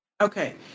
Okay